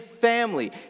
family